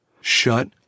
Shut